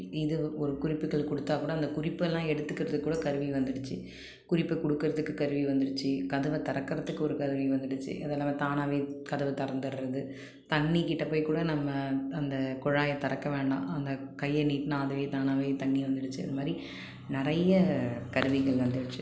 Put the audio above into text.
இது ஒரு குறிப்புகள் கொடுத்தாக்கூட அந்த குறிப்பெல்லாம் எடுத்துக்கிறதுக்குக்கூட கருவி வந்துடுச்சு குறிப்பை கொடுக்குறதுக்கு கருவி வந்துடுச்சு கதவை திறக்குறதுக்கு ஒரு கருவி வந்துடுச்சு அதில்லாமல் தானாகவே கதவை திறந்துர்றது தண்ணிகிட்ட போய்க்கூட நம்ம அந்த குழாய திறக்கவேணாம் அந்த கையை நீட்டின்னா அதுவே தானாகவே தண்ணி வந்துடுச்சு அதுமாதிரி நிறைய கருவிகள் வந்துடுச்சு